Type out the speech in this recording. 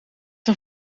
een